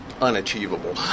unachievable